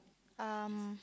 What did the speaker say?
um